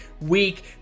week